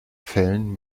fällen